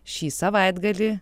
šį savaitgalį